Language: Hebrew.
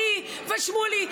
אני ושמולי,